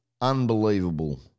unbelievable